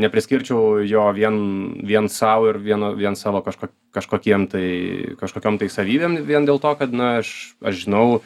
nepriskirčiau jo vien vien sau ir vieno vien savo kažko kažkokiem tai kažkokiom tai savybėm vien dėl to kad na aš aš žinau